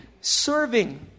serving